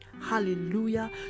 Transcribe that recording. hallelujah